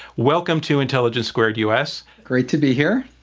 welcome to intelligence squared u. s. great to be here.